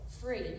free